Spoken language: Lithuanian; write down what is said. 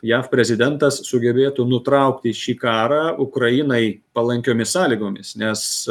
jav prezidentas sugebėtų nutraukti šį karą ukrainai palankiomis sąlygomis nes